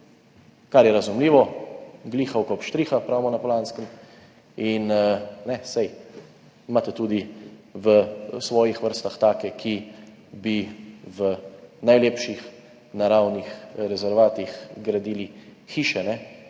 kar je razumljivo. Gliha vkup štriha, pravimo na Poljanskem. Saj imate tudi v svojih vrstah take, ki bi v najlepših naravnih rezervatih gradili hiše, ki